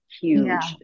huge